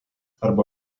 arba